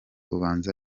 ubanza